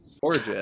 gorgeous